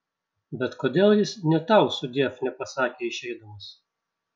bet kodėl jis nė tau sudiev nepasakė išeidamas